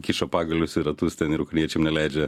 kiša pagalius į ratus ten ir ukrainiečiam neleidžia